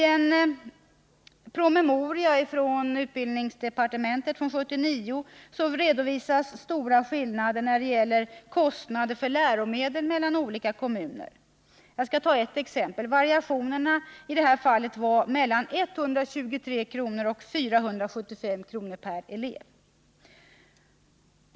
I en promemoria 1979 från utbildningsdepartementet redovisas stora skillnader mellan olika kommuner när det gäller kostnaderna för läromedel. Variationerna låg mellan 123 kr. och 475 kr. per elev.